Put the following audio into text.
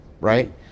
Right